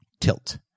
Tilt